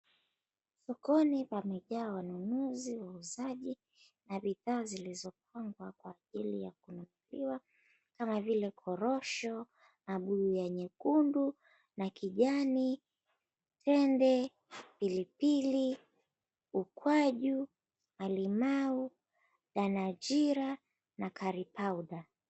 Sokoni pamejaa wanunuzi, wauzaji na bidhaa zilizopangwa kwa ajili ya kununuliwa kama vile korosho, mambuyu ya nyekundu na kijani, tende, pilipili, ukwaju, malimau, danajira na curry powder .